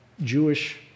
Jewish